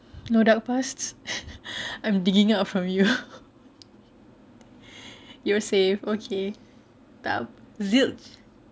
no dark past I'm digging out from you you're safe okay tak zilch